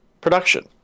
production